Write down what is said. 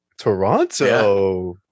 Toronto